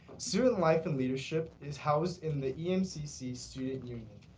student life and leadership is housed in the emcc student union.